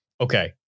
okay